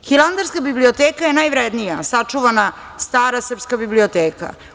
Hilandarska biblioteka je najvrednija, sačuvana stara srpska biblioteka.